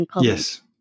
yes